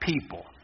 people